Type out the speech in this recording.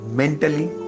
mentally